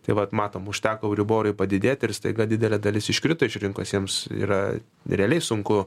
tai vat matom užteko euriborui padidėti ir staiga didelė dalis iškrito iš rinkos jiems yra realiai sunku